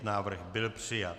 Návrh byl přijat.